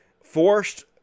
forced